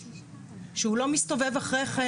שהוא לא מסתובב אחרי כן